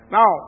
Now